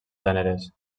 gèneres